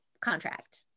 contract